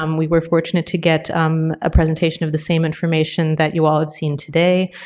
um we were fortunate to get um a presentation of the same information that you all have seen today.